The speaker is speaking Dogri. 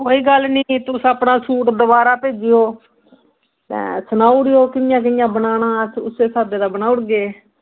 कोई गल्ल निं तुस अपना सूट दोबारा भेजेओ ते सनाई ओड़ेओ कि'यां कि'यां बनाना ते उस स्हाबै दा बनाई ओड़गे